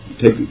take